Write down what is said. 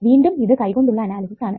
വീണ്ടും ഇത് കൈകൊണ്ടുള്ള അനാലിസിസ് ആണ്